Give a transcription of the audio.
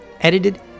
edited